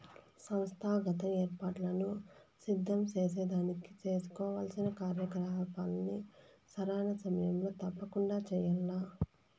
సంస్థాగత ఏర్పాట్లను సిద్ధం సేసేదానికి సేసుకోవాల్సిన కార్యకలాపాల్ని సరైన సమయంలో తప్పకండా చెయ్యాల్ల